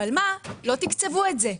אבל לא תקצבו את זה.